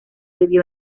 vivió